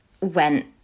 went